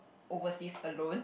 overseas alone